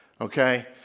Okay